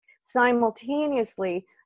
simultaneously